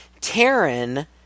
Taryn